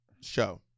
show